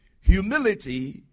humility